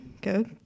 Go